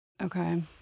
okay